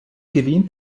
gewinnt